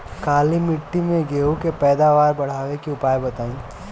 काली मिट्टी में गेहूँ के पैदावार बढ़ावे के उपाय बताई?